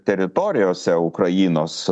teritorijose ukrainos